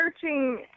searching